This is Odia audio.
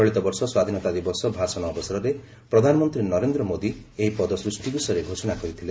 ଚଳିତବର୍ଷ ସ୍ୱାଧୀନତା ଦିବସ ଭାଷଣ ଅବସରରେ ପ୍ରଧାନମନ୍ତ୍ରୀ ନରେନ୍ଦ୍ର ମୋଦି ଏହି ପଦ ସୃଷ୍ଟି ବିଷୟରେ ଘୋଷଣା କରିଥିଲେ